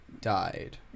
died